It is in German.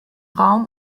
raum